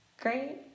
great